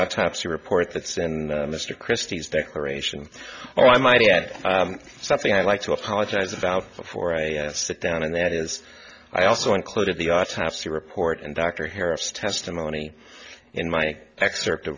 autopsy report that send mr christie's declaration or i might add something i'd like to apologize about before i sit down and that is i also included the autopsy report and dr harris testimony in my